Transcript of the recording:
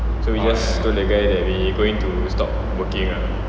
so we just told the guy that we going to stop working ah